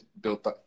built